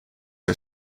are